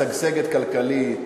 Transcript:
משגשגת כלכלית,